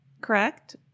Correct